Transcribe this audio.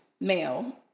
male